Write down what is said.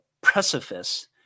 precipice